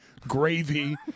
gravy